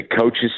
coaches